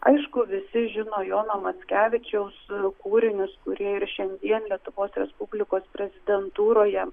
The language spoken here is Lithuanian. aišku visi žino jono mackevičiaus kūrinius kurie ir šiandien lietuvos respublikos prezidentūroje